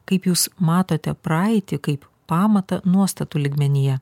kaip jūs matote praeitį kaip pamatą nuostatų lygmenyje